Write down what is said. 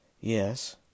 Yes